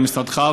למשרדך,